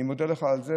ואני מודה לך על זה.